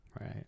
Right